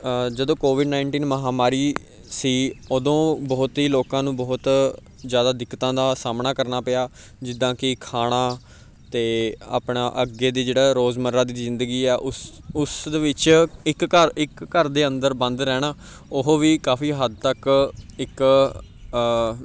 ਜਦੋਂ Covid nineteen ਮਹਾਂਮਾਰੀ ਸੀ ਉਦੋਂ ਬਹੁਤੀ ਲੋਕਾਂ ਨੂੰ ਬਹੁਤ ਜ਼ਿਆਦਾ ਦਿੱਕਤਾਂ ਦਾ ਸਾਹਮਣਾ ਕਰਨਾ ਪਿਆ ਜਿੱਦਾਂ ਕਿ ਖਾਣਾ ਅਤੇ ਆਪਣਾ ਅੱਗੇ ਦੀ ਜਿਹੜਾ ਰੋਜ਼ਮਰਾ ਦੀ ਜ਼ਿੰਦਗੀ ਆ ਉਸ ਉਸ ਦੇ ਵਿੱਚ ਇੱਕ ਘਰ ਇੱਕ ਘਰ ਦੇ ਅੰਦਰ ਬੰਦ ਰਹਿਣਾ ਉਹ ਵੀ ਕਾਫੀ ਹੱਦ ਤੱਕ ਇੱਕ